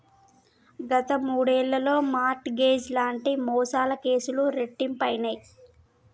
గత మూడేళ్లలో mortgage లాంటి మోసాల కేసులు రెట్టింపయినయ్